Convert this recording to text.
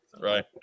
right